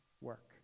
work